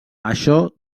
això